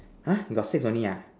!huh! got six only ah